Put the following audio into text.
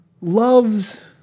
loves